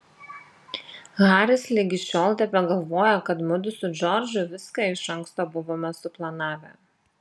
haris ligi šiol tebegalvoja kad mudu su džordžu viską iš anksto buvome suplanavę